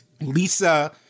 Lisa